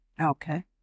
Okay